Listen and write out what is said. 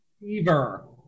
Fever